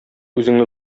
үзеңне